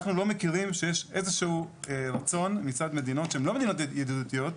אנחנו לא מכירים שיש איזשהו רצון מצד מדינות שהן לא מדינות ידידותיות,